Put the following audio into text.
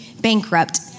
bankrupt